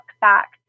back